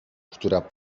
która